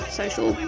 social